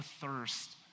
thirst